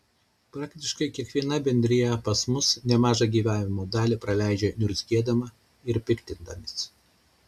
praktiškai kiekviena bendrija pas mus nemažą gyvavimo dalį praleidžia niurzgėdama ir piktindamasi